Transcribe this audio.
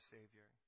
Savior